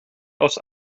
aus